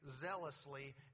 zealously